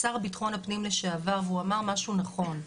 שר ביטחון הפנים לשעבר והוא אמר משהו נכון.